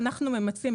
אנחנו ממצים,